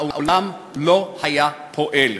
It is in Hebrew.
העולם לא היה פועל.